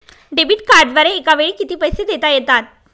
Debit कार्डद्वारे एकावेळी किती पैसे देता येतात?